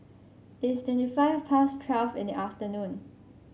its twenty five past twelve in the afternoon